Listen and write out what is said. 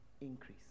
increase